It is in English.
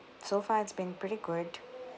so far it's been pretty good